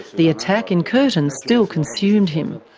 the attack in curtin still consumed him.